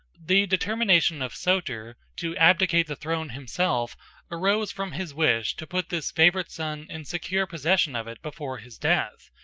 the determination of soter to abdicate the throne himself arose from his wish to put this favorite son in secure possession of it before his death,